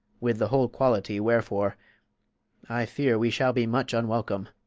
with the whole quality wherefore i fear we shall be much unwelcome.